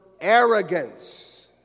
arrogance